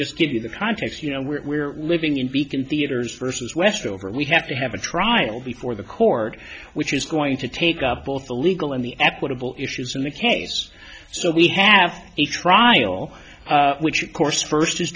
just give you the context you know we're living in beacon theaters versus west over we have to have a trial before the court which is going to take up both the legal and the equitable issues in the case so we have a trial which of course first is